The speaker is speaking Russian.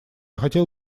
хотел